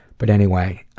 but anyway,